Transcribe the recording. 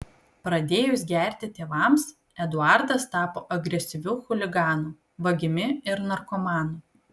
pradėjus gerti tėvams eduardas tapo agresyviu chuliganu vagimi ir narkomanu